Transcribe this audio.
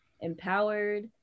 empowered